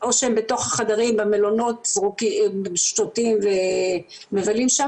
שהם בתוך החדרים במלונות, שותים ומבלים שם.